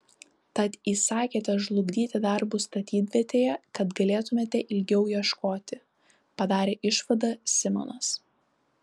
tad įsakėte žlugdyti darbus statybvietėje kad galėtumėte ilgiau ieškoti padarė išvadą simonas